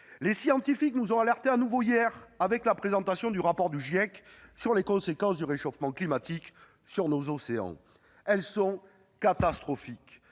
Les scientifiques nous ont alertés de nouveau hier lors de la présentation du rapport du GIEC sur les conséquences du réchauffement climatique sur nos océans. Elles sont catastrophiques